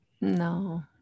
No